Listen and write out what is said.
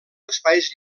espais